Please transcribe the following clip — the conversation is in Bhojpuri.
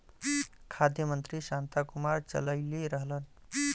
खाद्य मंत्री शांता कुमार चललइले रहलन